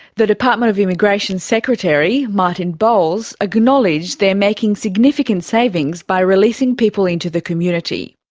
the department of immigration's secretary, martin bowles, acknowledged they are making significant savings by releasing people into the community.